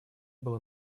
было